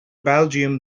belgium